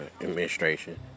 administration